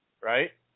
right